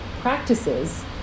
practices